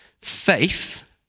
faith